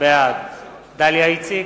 בעד דליה איציק,